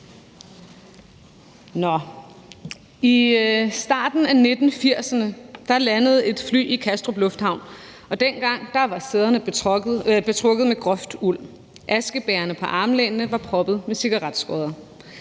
I starten af 1980'erne landede et fly i Kastrup Lufthavn, og dengang var sæderne betrukket med groft uld, og askebægerne på armlænene var proppede med cigaretskodder.